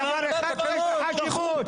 אין דבר אחד שיש בו חשיבות.